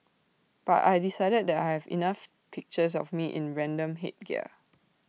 but I decided that I have enough pictures of me in random headgear